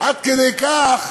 עד כדי כך,